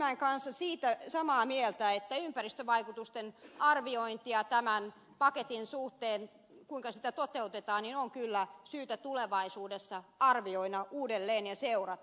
arhinmäen kanssa siitä samaa mieltä että ympäristövaikutuksia tämän paketin suhteen kuinka sitä toteutetaan on kyllä syytä tulevaisuudessa arvioida uudelleen ja seurata